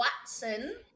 Watson